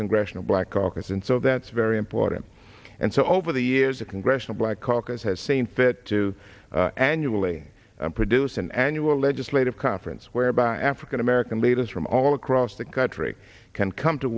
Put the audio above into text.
congressional black caucus and so that's very important and so over the years the congressional black caucus has seen fit to annually produce an annual legislative conference whereby african american leaders from all across the country can come to